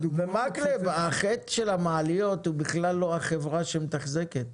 מקלב, החטא של המעליות הוא בכלל לא החברה שמתחזקת.